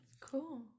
Cool